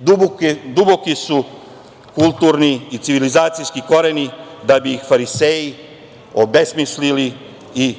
Duboki su kulturni i civilizacijski koreni da bi ih fariseji obesmislili i